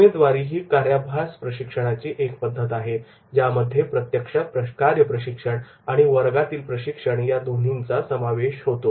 उमेदवारी ही कार्याभ्यास प्रशिक्षणाची एक पद्धत आहे ज्यामध्ये प्रत्यक्ष कार्य प्रशिक्षण आणि वर्गातील प्रशिक्षण या दोन्हीचा समावेश आहे